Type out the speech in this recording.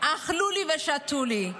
אכלו לי ושתו לי.